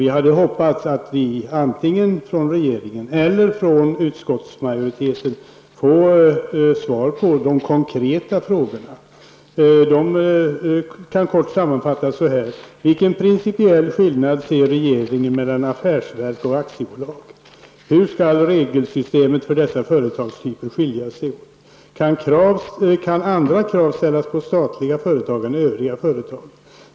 Vi hade hoppats att antingen från regeringen eller från utskottsmajoriteten få svar på våra konkreta frågor. Dessa kan kort sammanfattas så här: Vilken principiell skillnad ser regeringen mellan affärsverk och aktiebolag? Hur skall regelsystemet för dessa företagstyper skilja sig åt? Kan andra krav ställas på statliga företag än på övriga företag?